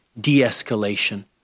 de-escalation